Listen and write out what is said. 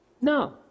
No